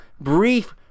brief